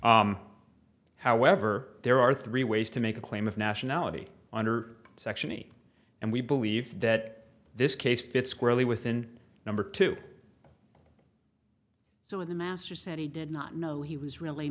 however there are three ways to make a claim of nationality under section e and we believe that this case fits squarely within number two so when the master said he did not know he was really